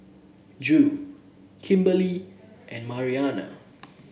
Drew Kimberly and Mariana